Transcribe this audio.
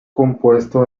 compuesto